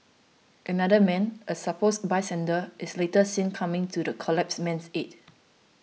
another man a supposed bystander is later seen coming to the collapsed man's aid